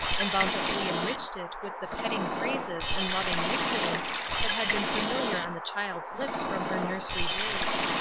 and bountifully enriched it with the petting phrases and loving nicknames that had been familiar on the child's lips from her nursery days.